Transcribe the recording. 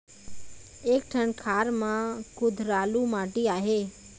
एक ठन खार म कुधरालू माटी आहे?